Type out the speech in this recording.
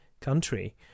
country